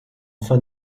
fin